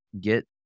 get